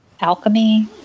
Alchemy